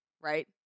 right